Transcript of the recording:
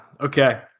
Okay